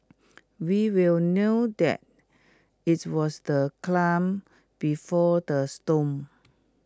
we will knew that its was the clam before the storm